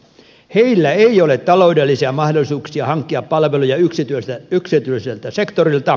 heillä ei ole ta loudellisia mahdollisuuksia hankkia palveluja yksityiseltä sektorilta